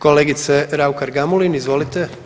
Kolegice Raukar-Gamulin, izvolite.